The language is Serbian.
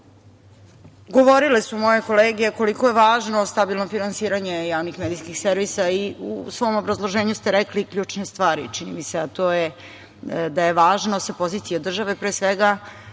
Govorile su moje kolege koliko je važno stabilno finansiranje javnih medijskih servisa i u svom obrazloženju ste rekli kljune stvari, , čini mi se, a to je, da s pozicije države, pre svega,